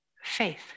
faith